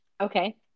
Okay